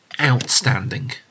outstanding